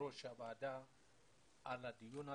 ויושב-ראש הוועדה על הדיון הזה,